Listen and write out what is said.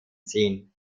zehn